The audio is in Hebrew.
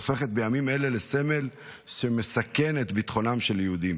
הופכת בימים אלה לסמל שמסכן את ביטחונם של יהודים.